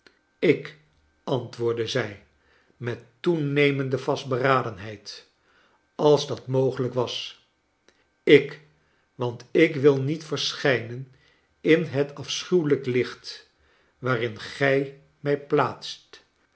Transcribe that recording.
ik antwoordde zij met toenemende vastberadenheid als dat mogelijk was ik want ik wil niet verschijnen in het afschuwelijk licht waarin gij mij plaatst